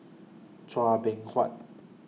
Chua Beng Huat